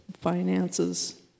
finances